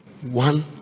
One